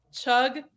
Chug